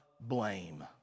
blame